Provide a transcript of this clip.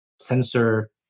sensor